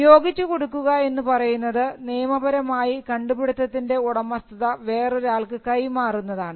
നിയോഗിച്ചു കൊടുക്കുക എന്ന് പറയുന്നത് നിയമപരമായി കണ്ടുപിടുത്തത്തിൻറെ ഉടമസ്ഥത വേറൊരാൾക്ക് കൈമാറുന്നതാണ്